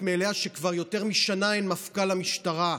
מאליה שכבר יותר משנה אין מפכ"ל למשטרה,